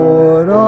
Lord